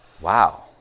wow